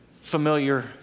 familiar